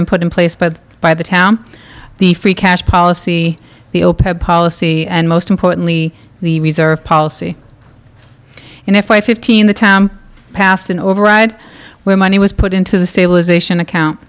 been put in place but by the town the free cash policy the open policy and most importantly the reserve policy and if we fifteen the time passed an override where money was put into the stabilisation account